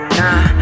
nah